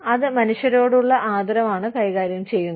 അത് മനുഷ്യരോടുള്ള ആദരവാണ് കൈകാര്യം ചെയ്യുന്നത്